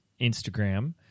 Instagram